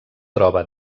troba